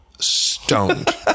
stoned